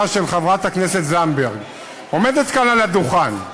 של חברת הכנסת זנדברג שעומדת כאן על הדוכן.